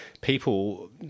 people